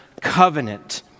covenant